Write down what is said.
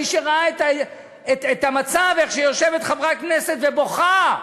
מי שראה את המצב, איך יושבת חברת כנסת ובוכה,